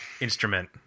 instrument